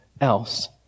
else